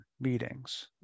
meetings